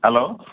hello